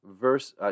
verse